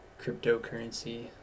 cryptocurrency